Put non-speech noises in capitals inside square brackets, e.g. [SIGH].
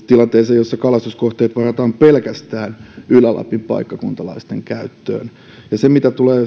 tilanteeseen jossa kalastuskohteet varataan pelkästään ylä lapin paikkakuntalaisten käyttöön ja mitä tulee [UNINTELLIGIBLE]